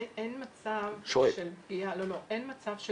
אין מצב של פגיעה,